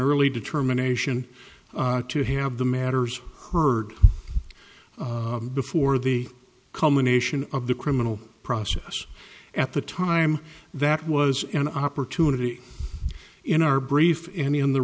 early determination to have the matters heard before the culmination of the criminal process at the time that was an opportunity in our brief any on the